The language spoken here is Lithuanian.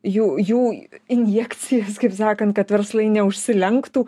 jų jų injekcijas kaip sakant kad verslai neužsilenktų